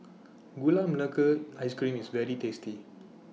Gula Melaka Ice Cream IS very tasty